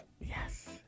Yes